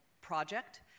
project